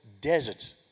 desert